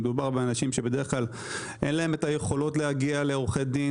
מדובר באנשים שבדרך כלל אין להם את היכולות להגיע לעורכי דין,